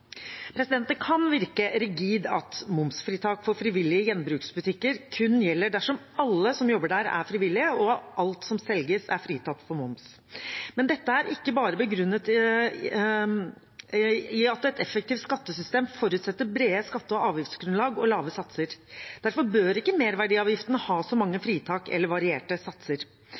Det kan virke rigid at momsfritak for frivillige gjenbruksbutikker kun gjelder dersom alle som jobber der, er frivillige og at alt som selges, er fritatt for moms. Men dette er ikke bare begrunnet i at et effektivt skattesystem forutsetter brede skatte- og avgiftsgrunnlag og lave satser. Derfor bør ikke merverdiavgiften ha så mange fritak eller varierte satser.